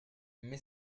mais